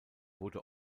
wurde